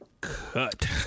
Cut